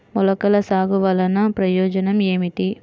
మొలకల సాగు వలన ప్రయోజనం ఏమిటీ?